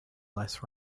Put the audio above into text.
less